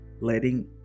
letting